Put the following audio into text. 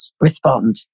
respond